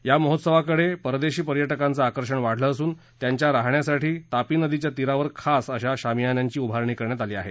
या महोत्सवाकडे परदेशी पर्यटकांचं आकर्षण वाढलं असून त्यांच्या राहण्यासाठी तापी नदीच्या तीरावर खास अशा शामियान्यांची उभारणी करण्यात आली आहे